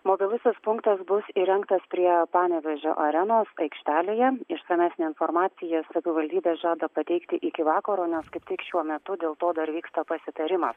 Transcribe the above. mobilusis punktas bus įrengtas prie panevėžio arenos aikštelėje išsamesnę informaciją savivaldybė žada pateikti iki vakaro nes kaip tik šiuo metu dėl to dar vyksta pasitarimas